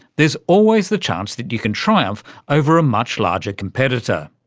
there's always the chance that you can triumph over a much larger competitor.